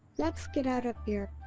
let's get out of here.